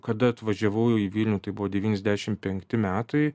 kada atvažiavau į vilnių tai buvo devyniasdešimt penkti metai